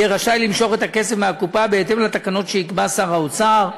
יהיה רשאי למשוך את הכסף מהקופה בהתאם לתקנות שיקבע שר האוצר.